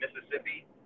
Mississippi